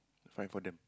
find for them